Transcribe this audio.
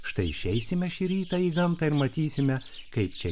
štai išeisime šį rytą į gamtą ir matysime kaip čia